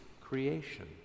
creation